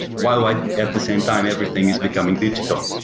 while like at the same time everything is becoming digital.